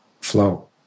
flow